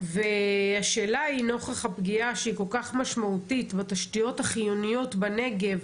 והשאלה היא נוכח הפגיעה שהיא כל כך משמעותית בתשתיות החיוניות בנגב,